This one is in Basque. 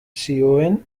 zioen